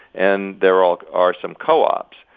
and there are are some co-ops.